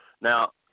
Now